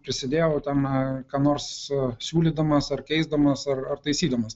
prisidėjau ten kad nors siūlydamas ar keisdamas ar taisydamas